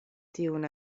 tiun